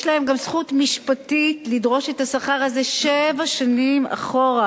יש להן גם זכות משפטית לדרוש את השכר הזה שבע שנים אחורה,